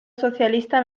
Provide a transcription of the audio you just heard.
socialista